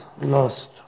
lost